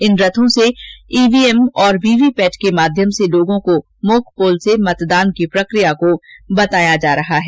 इन रथों से ईवीएम और वीवीपेट के माध्यम से लोगों को मोक पोल से मतदान की प्रक्रिया को बताया जा रहा है